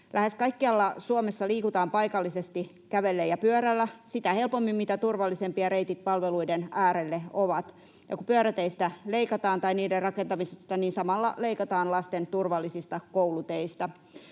Lähes kaikkialla Suomessa liikutaan paikallisesti kävellen ja pyörällä sitä helpommin, mitä turvallisempia reitit palveluiden äärelle ovat. Kun leikataan pyöräteistä tai niiden rakentamisesta, niin samalla leikataan lasten turvallisista kouluteistä.